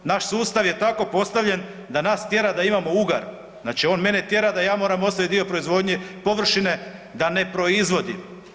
Naš sustav je tako postavljen da naš tjera da imamo ugar, znači on mene tjera da ja moram ostaviti dio proizvodne površine da ne proizvodim.